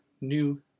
new